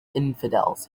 infidels